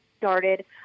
started